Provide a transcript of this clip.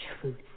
truth